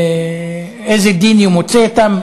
איזה דין ימוצה אתם,